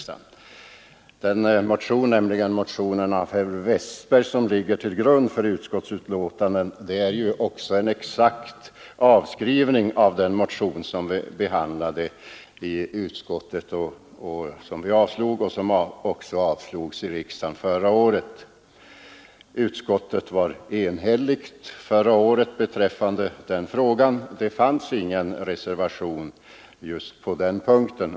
Den motion av herr Westberg i Ljusdal som ligger till grund för utskottets betänkande är också en exakt avskrivning av den motion som vi behandlade och avstyrkte i utskottet i fjol och som även avslogs i kammaren. Den gången var utskottet enhälligt. Ingen reservation hade avgivits.